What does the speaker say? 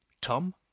tom